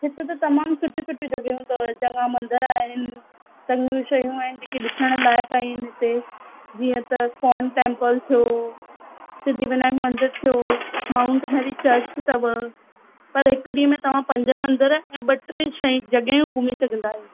हिते त तमाम सुठियूं सुठियूं जॻहियूं अथव चङा मंदर आहिनि चङियूं शयूं आहिनि जेके ॾिसण लाइक़ आहिनि हिते जीअं त इस्कोन टैम्पल थियो सिद्धीविनायक मंदर थियो माउंट मैरी चर्च अथव पर हिक ॾींहं में तव्हां पंज मंदर ऐं ॿ टे शयूं जॻहियूं घुमी सघंदा आहियो